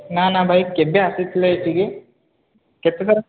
ନା ନା ଭାଇ କେବେ ଆସିଥିଲେ ଏଠିକି କେତେଥର